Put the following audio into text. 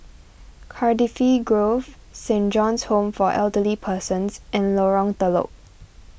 Cardifi Grove Saint John's Home for Elderly Persons and Lorong Telok